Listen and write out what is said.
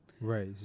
right